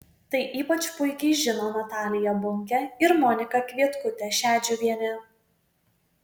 tai ypač puikiai žino natalija bunkė ir monika kvietkutė šedžiuvienė